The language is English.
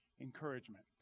encouragement